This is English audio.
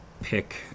pick